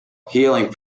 healing